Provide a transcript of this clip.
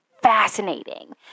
fascinating